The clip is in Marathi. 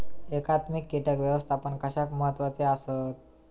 एकात्मिक कीटक व्यवस्थापन कशाक महत्वाचे आसत?